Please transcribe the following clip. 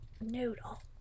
Noodle